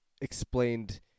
explained